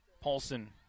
Paulson